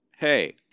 Hey